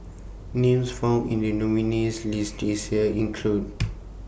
Names found in The nominees' list This Year include